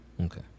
okay